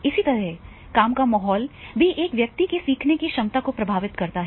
इसी तरह काम का माहौल भी एक व्यक्ति की सीखने की क्षमता को प्रभावित करता है